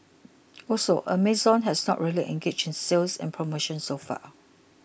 also Amazon has not really engaged in sales and promotions so far